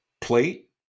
plate